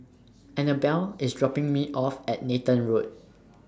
Annabell IS dropping Me off At Nathan Road